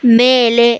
ಮೇಲೆ